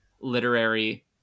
literary